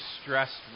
stressed